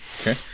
Okay